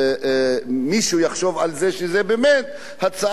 יחשוב על זה שזו באמת הצעה שיכולה לחסוך,